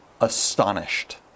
astonished